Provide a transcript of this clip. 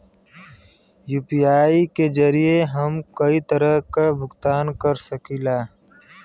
UPI के जरिये हम कई तरे क भुगतान कर सकीला